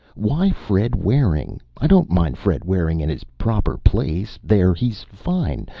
why fred waring? i don't mind fred waring in his proper place. there he's fine.